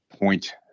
point